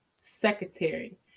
Secretary